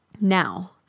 now